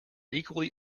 equally